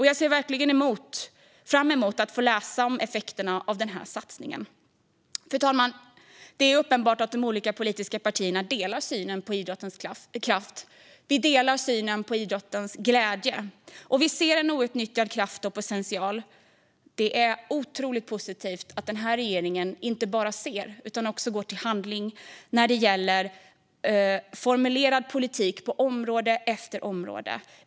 Jag ser fram emot att få läsa om effekterna av den satsningen. Fru talman! Det är uppenbart att de olika politiska partierna delar synen på idrottens kraft, och vi delar synen på idrottens glädje. Vi ser en outnyttjad kraft och potential. Det är otroligt positivt att regeringen inte bara ser utan också går till handling när det gäller formulerad politik på område efter område.